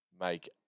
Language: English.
make